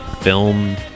film